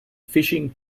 fishing